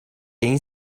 این